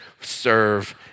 serve